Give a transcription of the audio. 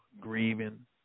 grieving